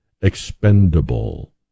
expendable